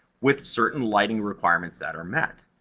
with certain lighting requirements that are met.